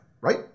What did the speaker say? Right